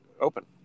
open